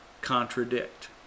contradict